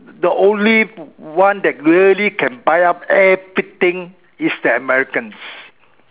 the only one that really can buy up everything is the Americans